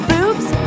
Boobs